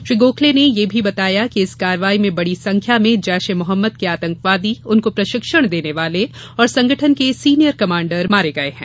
श्री गोखले ने यह भी बताया कि इस कार्रवाई में बड़ी संख्या में जैश ए मोहम्मद के आतंकवादी उनको प्रशिक्षण देने वाले और संगठन के सीनियर कमांडर मारे गए हैं